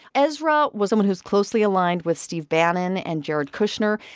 ezra was someone who's closely aligned with steve bannon and jared kushner.